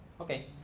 Okay